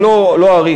ואני לא אאריך,